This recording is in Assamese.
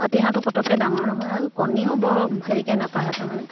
পাতি হাঁহটো পতককৈ ডাঙৰ নহয় আৰু কণীও বৰ হেৰিকৈ নাপাৰে তাৰমানে